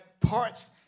parts